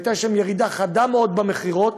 כשהייתה שם ירידה חדה מאוד במכירות,